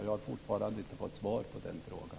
Jag har fortfarande inte fått svar på den frågan.